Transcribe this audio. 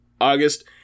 August